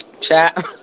Chat